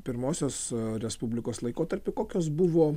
pirmosios respublikos laikotarpiu kokios buvo